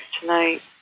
tonight